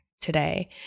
today